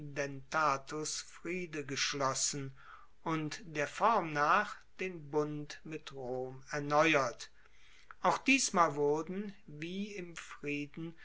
dentatus friede geschlossen und der form nach den bund mit rom erneuert auch diesmal wurden wie im frieden